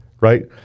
right